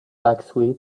bathing